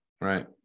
Right